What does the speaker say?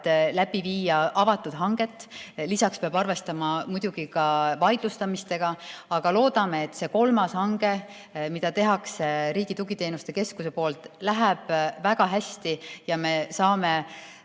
läbi viia avatud hange. Lisaks peab arvestama muidugi ka vaidlustamisega, aga loodame, et see kolmas hange, mille teeb Riigi Tugiteenuste Keskus, läheb väga hästi ja me saame